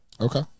okay